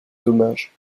dommages